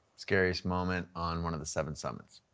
scariest moment on one of the seven summits.